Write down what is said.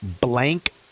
Blank